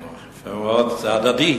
יפה מאוד, זה הדדי.